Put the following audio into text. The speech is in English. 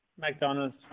McDonald's